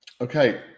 okay